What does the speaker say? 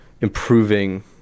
improving